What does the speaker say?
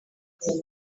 iyi